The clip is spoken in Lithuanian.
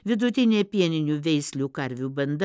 vidutinė pieninių veislių karvių banda